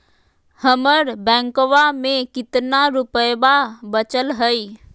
हमर बैंकवा में कितना रूपयवा बचल हई?